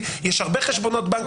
יש הרבה חשבונות בנק,